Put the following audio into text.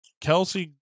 Kelsey